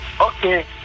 Okay